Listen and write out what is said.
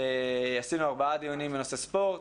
עשינו ארבעה דיונים בנושא ספורט,